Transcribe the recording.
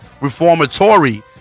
Reformatory